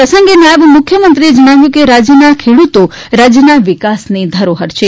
આ પ્રસંગે નાયબ મુખ્યમંત્રીએ જણાવ્યુ હતુ કે રાજયના ખેડૂતો રાજયના વિકાસની ધરોહર છે